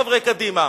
חברי קדימה.